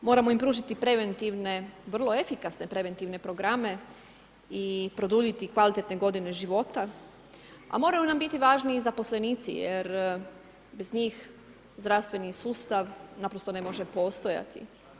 Moramo im pružiti preventivne vrlo efikasne preventivne programe i produljiti kvalitetne godine života, a moraju nam biti važni i zaposlenici jer bez njih zdravstveni sustav naprosto ne može postojati.